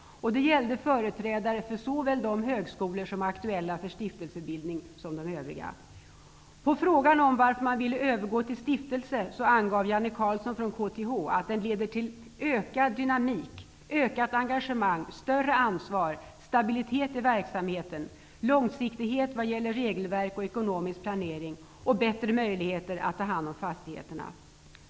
Och det gällde företrädare för såväl de högskolor som är aktuella för stiftelsebildning som de övriga. På frågan om varför man vill övergå till stiftelse angav Janne Carlsson från KTH att det leder till ökad dynamik, ökat engagemang och större ansvar, stabilitet i verksamheten, långsiktighet vad gäller regelverk och ekonomisk planering samt bättre möjligheter att ta hand om fastigheterna.